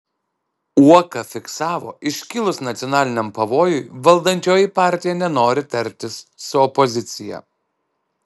uoka fiksavo iškilus nacionaliniam pavojui valdančioji partija nenori tartis su opozicija